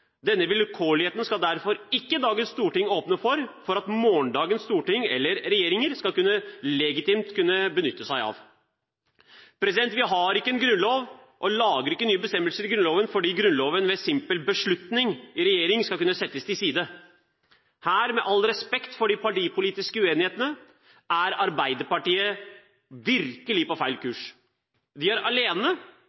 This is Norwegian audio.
Denne vilkårligheten skal derfor ikke dagens storting åpne for at morgendagens storting eller regjeringer legitimt skal kunne benytte seg av. Vi har ikke en grunnlov og lager ikke nye bestemmelser i Grunnloven fordi Grunnloven ved simpel beslutning i regjering skal kunne settes til side. Med all respekt for de partipolitiske uenighetene er Arbeiderpartiet her virkelig på feil